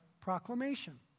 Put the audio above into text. proclamation